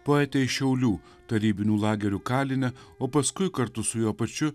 poetę iš šiaulių tarybinių lagerių kalinę o paskui kartu su juo pačiu